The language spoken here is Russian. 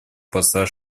посла